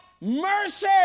mercy